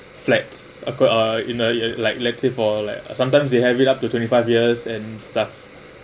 flats uh quite uh in a uh like elective for like sometimes they have it up to twenty five years and stuff